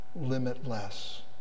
limitless